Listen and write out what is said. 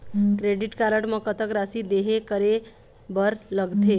Credit card म कतक राशि देहे करे बर लगथे?